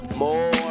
more